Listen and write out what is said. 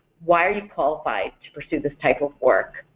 why are you qualified to pursue this type of work?